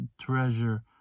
treasure